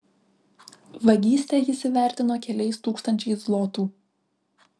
vagystę jis įvertino keliais tūkstančiais zlotų